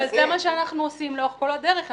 זה מה שאנחנו עושים לאורך כל הדרך.